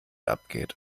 abgeht